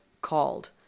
called